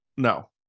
No